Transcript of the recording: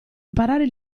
imparare